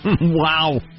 Wow